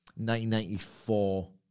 1994